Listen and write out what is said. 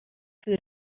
food